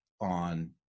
on